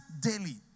daily